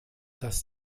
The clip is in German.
dass